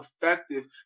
effective